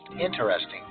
interesting